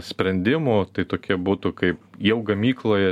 sprendimų tai tokie būtų kaip jau gamykloje